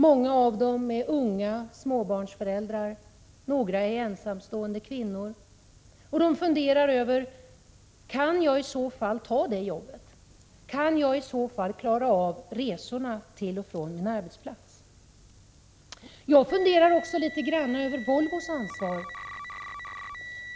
Många av dem är unga och småbarnsföräldrar, några är ensamstående kvinnor. De funderar: Kan jag i så fall ta detta jobb? Kan jag i så fall klara resorna till och från min arbetsplats? Jag funderar också litet grand över Volvos ansvar.